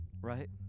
right